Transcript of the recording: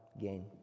gain